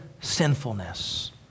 sinfulness